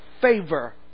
favor